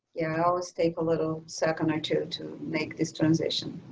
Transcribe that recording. it it always takes a little second or two to make this transition.